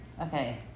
okay